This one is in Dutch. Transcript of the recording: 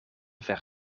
ver